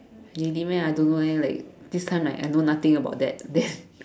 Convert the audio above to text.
really meh I don't know eh this one I I know nothing about that then